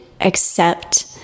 accept